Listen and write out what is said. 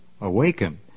awaken